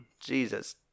Jesus